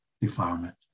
defilement